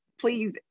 please